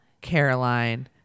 Caroline